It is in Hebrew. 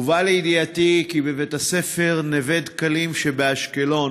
הובא לידיעתי כי בבית-הספר "נווה-דקלים" שבאשקלון